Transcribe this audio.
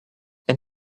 and